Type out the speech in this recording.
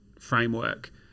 framework